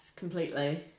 Completely